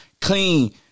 clean